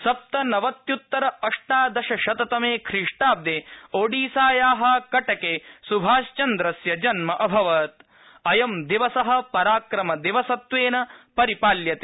सप्तनवत्युत्तर अष्टादशशततमे ख्रीष्टाब्दे ओडिसाया कटके सुभाषचन्द्रस्य जन्म अभवता अयं दिवस पराक्रमदिवसत्वेन परिपाल्यते